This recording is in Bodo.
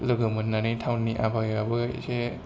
लोगो मोननानै टाउननि आबहावायाबो एसे